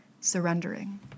surrendering